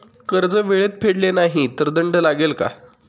कर्ज वेळेत फेडले नाही तर दंड लागेल का?